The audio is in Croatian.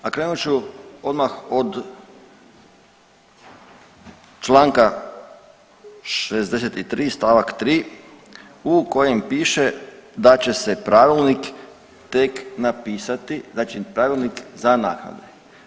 A krenut ću odmah od čl. 63. st. 3. u kojem piše da će se pravilnik tek napisati, znači pravilnik za naknade.